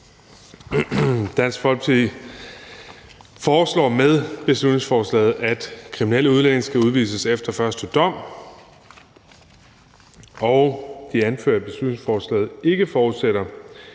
Dansk Folkeparti foreslår med beslutningsforslaget, at kriminelle udlændinge skal udvises efter første dom, og de anfører, at beslutningsforslaget ikke forudsætter,